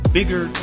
Bigger